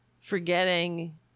Forgetting